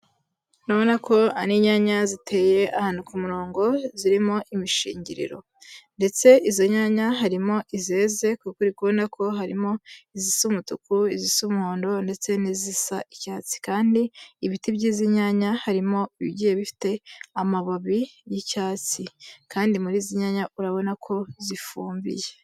Urabona ko ari inyanya ziteye ahantu ku murongo zirimo imishingiriro, ndetse izo nyanya harimo izeze kuko uri kubona ko harimo izisa umutuku, izisa umuhondo ndetse n'izisa icyatsi, kandi ibiti by'izi nyanya harimo ibigiye bifite amababi y'icyatsi, kandi muri izi nyanya urabona ko zifumbiye.